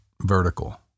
vertical